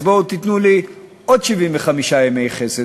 אז בואו תיתנו לי עוד 75 ימי חסד,